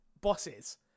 bosses